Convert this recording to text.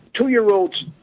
two-year-olds